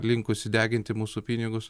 linkusi deginti mūsų pinigus